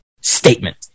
statement